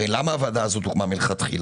הרי למה הוועדה הזאת הוקמה מלכתחילה?